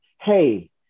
Hey